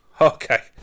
Okay